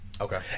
Okay